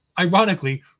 ironically